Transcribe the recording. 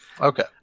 Okay